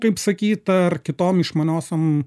kaip sakyt ar kitom išmaniosiom